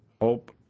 Hope